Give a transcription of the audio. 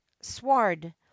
sward